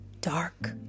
dark